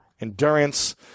Endurance